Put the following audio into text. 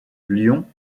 lyon